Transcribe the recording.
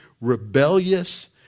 rebellious